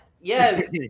Yes